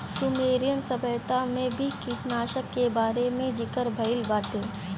Sumerian सभ्यता में भी कीटनाशकन के बारे में ज़िकर भइल बाटे